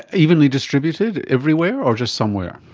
evenly distributed everywhere or just somewhere?